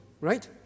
right